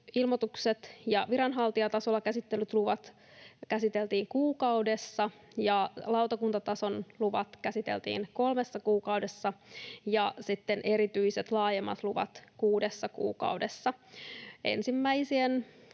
ilmoitukset ja viranhaltijatasolla käsitellyt luvat käsiteltiin kuukaudessa ja lautakuntatason luvat käsiteltiin kolmessa kuukaudessa ja sitten erityiset laajemmat luvat kuudessa kuukaudessa.